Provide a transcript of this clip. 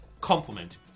compliment